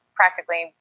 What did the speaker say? practically